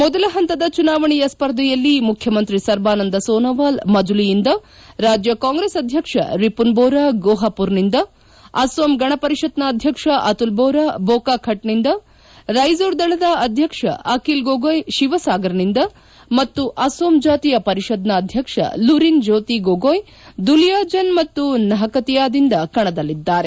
ಮೊದಲ ಪಂತದ ಚುನಾವಣೆಯ ಸ್ಪರ್ಧೆಯಲ್ಲಿ ಮುಖ್ಯಮಂತ್ರಿ ಸರ್ಬಾನಂದ ಸೋನೋವಾಲ್ ಮಜುಲಿಯಿಂದ ರಾಜ್ಯ ಕಾಂಗ್ರೆಸ್ ಅಧ್ವಕ್ಷ ರಿಮನ್ ಬೋರಾ ಗೋಪಾಮರ್ ನಿಂದ ಅಸ್ಲೋಂ ಗಣ ಪರಿಷತ್ನ ಅಧ್ಯಕ್ಷ ಅತುಲ್ ಬೋರಾ ಬೋಕಾ ಖಟ್ ನಿಂದ ರೈಜೋರ್ ದಳದ ಅಧ್ಯಕ್ಷ ಆಖಿಲ್ ಗೊಗೊಯ್ ಶಿವಸಾಗರ್ ದಿಂದ ಮತ್ತು ಅಸ್ಲೋಂ ಜಾತಿಯ ಪರಿಷದ್ ನ ಅಧ್ಯಕ್ಷ ಲುರಿನ್ ಜ್ಕೋತಿ ಗೊಗೊಯ್ ದುಲಿಯಾಜನ್ ಮತ್ತು ನಪಕತಿಯಾದಿಂದ ಕಣದಲ್ಲಿದ್ದಾರೆ